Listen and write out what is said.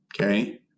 okay